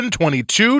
22